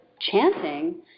chanting